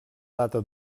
data